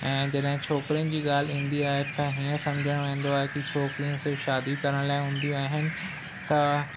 ऐं जॾहिं छोकिरियुनि ॼी ॻाल्हि ईंदी आहे त हीअं समुझण वेंदो आहे की छोकिरियूं सिर्फ़ु शादी करण लाइ हूंदियूं आहिनि त